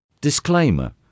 Disclaimer